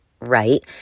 right